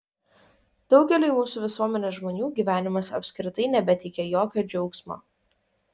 daugeliui mūsų visuomenės žmonių gyvenimas apskritai nebeteikia jokio džiaugsmo